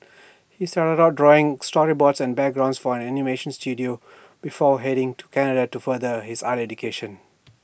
he started out drawing storyboards and backgrounds for an animation Studio before heading to Canada to further his art education